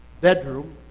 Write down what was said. bedroom